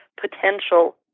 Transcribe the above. potential